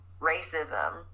racism